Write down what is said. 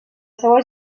seua